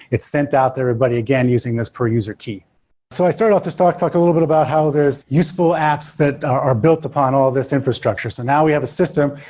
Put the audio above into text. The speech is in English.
it's sent out to everybody again using this per user key so i started off this talk and talk a little bit about how there's useful apps that are built upon all this infrastructure. so now we have a system,